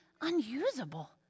unusable